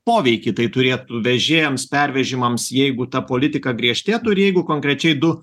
poveikį tai turėtų vežėjams pervežimams jeigu ta politika griežtėtų ir jeigu konkrečiai du